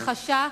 הכחשה,